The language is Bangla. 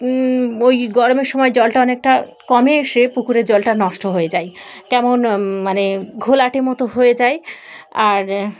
ওই গরমের সময় জলটা অনেকটা কমে এসে পুকুরের জলটা নষ্ট হয়ে যায় তেমন মানে ঘোলাটে মতো হয়ে যায় আর